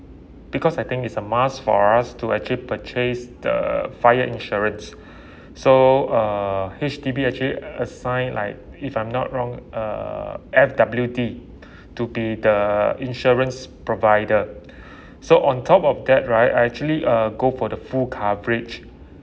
because I think it's a must for us to actually purchase the fire insurance so uh H_D_B actually assign like if I'm not wrong uh F_W_D to be the insurance provider so on top of that right I actually uh go for the full coverage